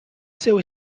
seu